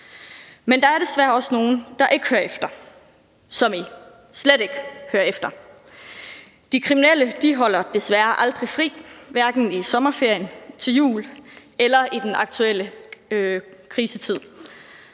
Men der er desværre også nogle, der ikke hører efter – som i slet ikke hører efter. De kriminelle holder desværre aldrig fri, hverken i sommerferien, til jul eller i den aktuelle krisetid.